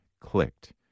clicked